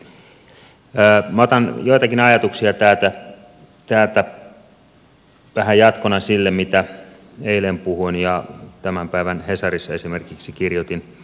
minä otan joitakin ajatuksia täältä vähän jatkona sille mitä eilen puhuin ja esimerkiksi tämän päivän hesarissa kirjoitin